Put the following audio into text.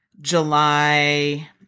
July